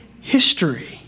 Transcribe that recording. history